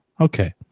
okay